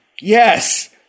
yes